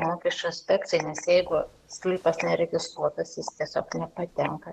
mokesčių inspekcijai nes jeigu sklypas neregistruotas jis tiesiog nepatenka